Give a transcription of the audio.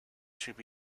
should